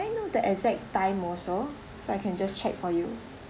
know the exact time also so I can just check for you